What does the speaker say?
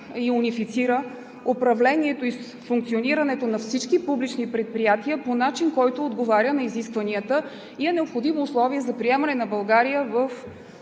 и унифицира управлението и функционирането на всички публични предприятия по начин, който отговаря на изискванията, и е необходимо условие за приемане на България в